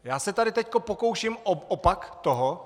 Já se tady teď pokouším o opak toho.